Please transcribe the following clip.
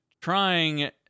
trying